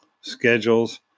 schedules